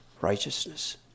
righteousness